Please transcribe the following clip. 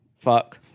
Fuck